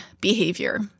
behavior